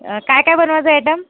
काय काय बनवायचे आयटम